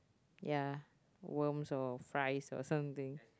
ya worms or fries or something